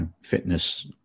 fitness